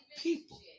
people